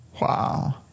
Wow